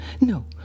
No